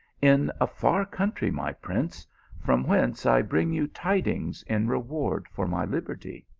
in a far country, my prince from whence i bring you tidings in reward for my liberty.